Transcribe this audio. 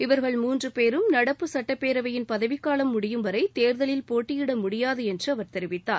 இவர்கள் மூன்று பேரும் நடப்பு சட்டப்பேரவையின் பதவிக்காவம் முடியும்வரை தேர்தலில் போட்டியிட முடியாது என்று அவர் தெரிவித்தார்